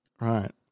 Right